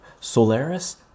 Solaris